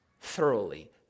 thoroughly